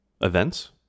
events